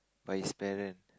by his parent